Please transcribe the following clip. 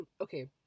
okay